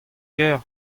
kêr